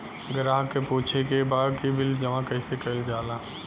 ग्राहक के पूछे के बा की बिल जमा कैसे कईल जाला?